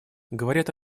говорят